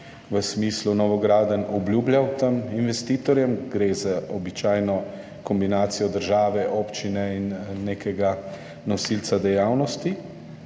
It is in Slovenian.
v smislu novogradenj obljubljal investitorjem, gleda na to? Gre za običajno kombinacijo države, občine in nekega nosilca dejavnosti.